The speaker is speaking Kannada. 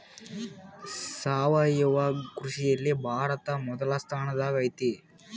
ಸಾವಯವ ಕೃಷಿಯಲ್ಲಿ ಭಾರತ ಮೊದಲ ಸ್ಥಾನದಾಗ್ ಐತಿ